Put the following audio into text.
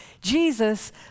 Jesus